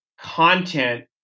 content